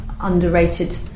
underrated